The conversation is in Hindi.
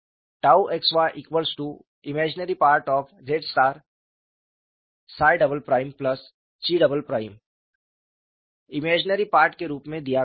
xyImz 𝛘 काल्पनिक भाग के रूप में दिया गया है